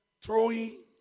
throwing